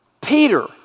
Peter